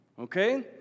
okay